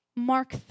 Mark